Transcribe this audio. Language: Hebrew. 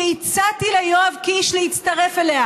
שהצעתי ליואב קיש להצטרף אליה